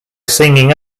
singing